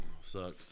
Sucks